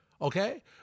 Okay